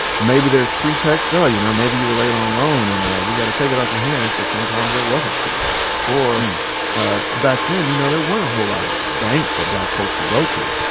maybe there's pretext or, ah you know, maybe you were late on a loan and ah we've got to take it off your hands, but sometimes there wasn't pretext. or ah back then, you know, there weren't a whole lot of banks that black folks could go to